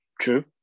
True